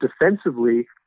defensively